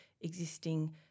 existing